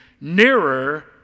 nearer